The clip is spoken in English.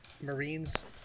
Marines